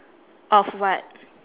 of what